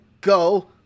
go